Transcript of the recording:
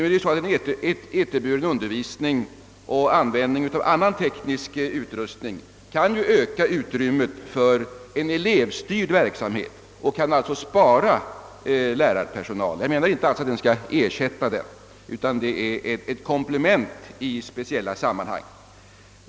Sådan undervisning och sådant utnyttjande av annan teknisk utrustning kan öka utrymmet för den elevstyrda verksamheten och alltså spara lärarpersonal. Jag menar inte att den skall ersätta lärarna, utan den skall vara ett komplement i speciella sammanhang.